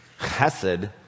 chesed